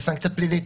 וסנקציה פלילית.